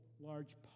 large